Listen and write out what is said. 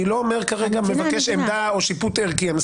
אני כרגע לא מבקש עמדה או שיפוט ערכי אלא אני מנסה